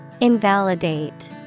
Invalidate